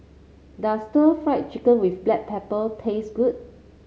does stir Fry Chicken with Black Pepper taste good